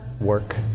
work